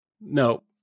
No